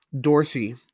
Dorsey